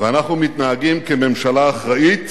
ואנחנו מתנהגים כממשלה אחראית